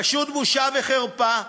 פשוט בושה וחרפה.